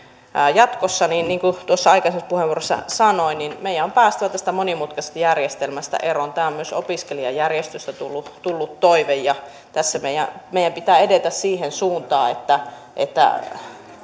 jatkossa niin niin kuin tuossa aikaisemmassa puheenvuorossa sanoin meidän on päästävä tästä monimutkaisesta järjestelmästä eroon tämä on myös opiskelijajärjestöistä tullut tullut toive tässä meidän pitää edetä siihen suuntaan että että